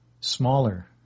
smaller